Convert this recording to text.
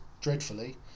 dreadfully